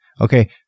Okay